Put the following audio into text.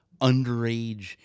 underage